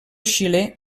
xilè